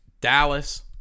Dallas